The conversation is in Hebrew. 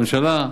ראש הממשלה,